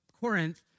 Corinth